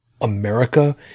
America